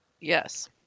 Yes